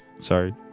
sorry